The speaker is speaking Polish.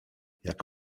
jak